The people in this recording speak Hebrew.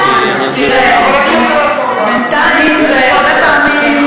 תסכים, בינתיים, זה הרבה פעמים,